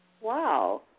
wow